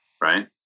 right